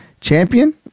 champion